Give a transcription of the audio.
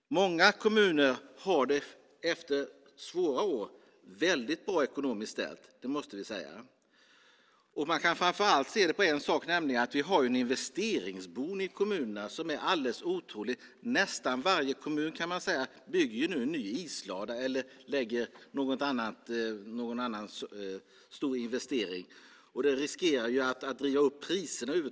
Många kommuner har det efter svåra år ekonomiskt väldigt bra ställt, det måste vi säga. Man kan framför allt se det på en sak, nämligen att vi har en investeringsboom i kommunerna som är alldeles otrolig. Nästan varje kommun, kan man säga, bygger nu en ny islada eller gör någon annan stor investering, och det riskerar att driva upp priserna.